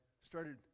started